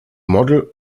model